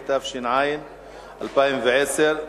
התש"ע 2010,